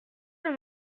dans